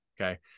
okay